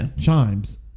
chimes